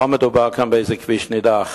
לא מדובר כאן באיזה כביש נידח.